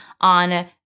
on